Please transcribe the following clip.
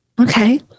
Okay